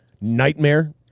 nightmare